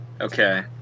Okay